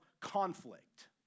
conflict